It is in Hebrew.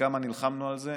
וכמה נלחמנו על זה,